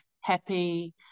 happy